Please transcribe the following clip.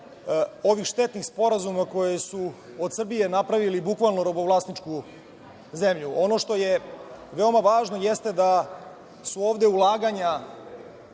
ovih štetnih sporazuma koji su od Srbije napravili bukvalno robovlasničku zemlju. Ono što je veoma važno, jeste da su ovde ulaganja